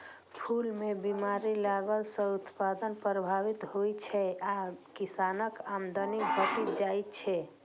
फूल मे बीमारी लगला सं उत्पादन प्रभावित होइ छै आ किसानक आमदनी घटि जाइ छै